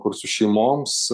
kur su šeimoms